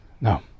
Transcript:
No